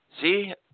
See